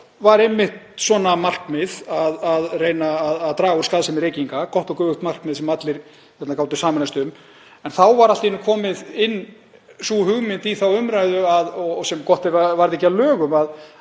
var einmitt svona markmið, að reyna að draga úr skaðsemi sreykinga, gott og göfugt markmið sem allir gátu sameinast um. En þá var allt í einu komin inn sú hugmynd í þá umræðu, og gott ef það varð ekki að lögum,